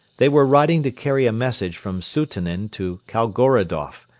they were riding to carry a message from sutunin to kaigorodoff,